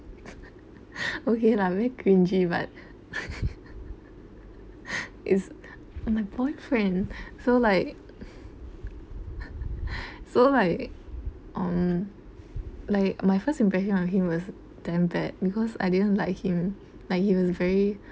okay lah very cringey but it's my boyfriend so like so like um like my first impression of him was damn bad because I didn't like him like he was very